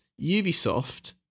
ubisoft